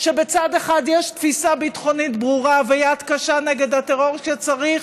שבצד אחד יש תפיסה ביטחונית ברורה ויד קשה נגד הטרור כשצריך,